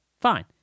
fine